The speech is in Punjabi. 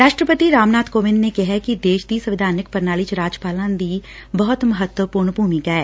ਰਾਸਟਰਪਤੀ ਰਾਮਨਾਥ ਕੋਵਿੰਦ ਨੇ ਕਿਹੈ ਕਿ ਦੇਸ਼ ਦੀ ਸੰਵਿਧਾਨਿਕ ਪ੍ਰਣਾਲੀ ਚ ਰਾਜਪਾਲਾਂ ਦੀ ਭੁਮਿਕਾ ਬਹੁਤ ਮਹੱਤਵਪੁਰਨ ਐ